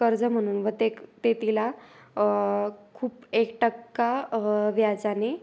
कर्ज म्हणून व ते क् ते तिला खूप एक टक्का व्याजाने